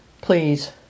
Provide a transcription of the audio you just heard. Please